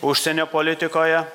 užsienio politikoje